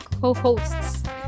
co-hosts